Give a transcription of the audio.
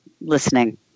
listening